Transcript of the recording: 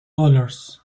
dollars